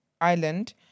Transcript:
island